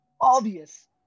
obvious